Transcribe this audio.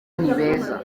nibeza